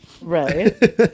right